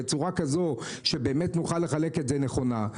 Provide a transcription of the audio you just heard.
בצורה כזו שנוכל לחלק את זה נכונה.